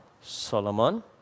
Solomon